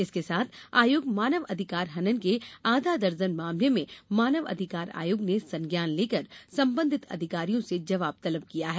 इसके साथ आयोग मानवाधिकार हनन के आधा दर्जन मामले में मानव अधिकार आयोग ने संज्ञान लेकर संबंधित अधिकारियों से जवाब तलब किया है